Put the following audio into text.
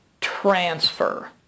transfer